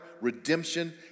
redemption